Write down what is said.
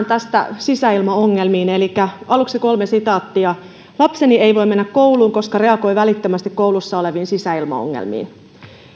tästä sisäilmaongelmiin aluksi kolme sitaattia lapseni ei voi mennä kouluun koska reagoi välittömästi koulussa oleviin sisäilmaongelmiin